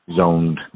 zoned